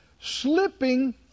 slipping